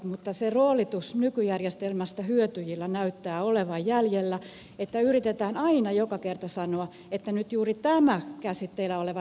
mutta se roolitus nykyjärjestelmästä hyötyvillä näyttää olevan jäljellä että yritetään aina joka kerta sanoa että nyt juuri tämä käsitteillä oleva